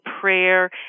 prayer